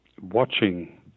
watching